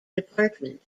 department